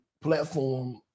platform